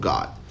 God